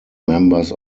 members